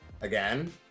Again